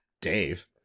Dave